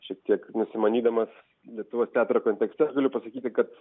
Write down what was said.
šiek tiek nusimanydamas lietuvos teatro kontekste aš galiu pasakyti kad